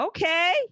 Okay